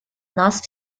нас